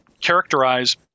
characterize –